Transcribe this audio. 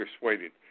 persuaded